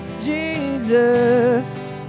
Jesus